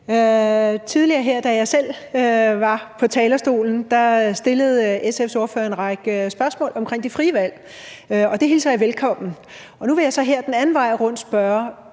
Tidligere, da jeg selv var på talerstolen, stillede SF's ordfører en række spørgsmål omkring det frie valg, og det hilser jeg velkommen. Nu vil jeg så her den anden vej rundt spørge: